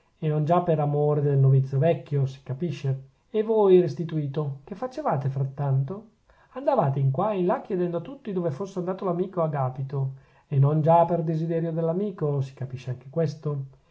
e non già per amore del novizio vecchio si capisce e voi restituto che facevate frattanto andavate in qua e in là chiedendo a tutti dove fosse andato l'amico agapito e non già per desiderio dell'amico si capisce anche questo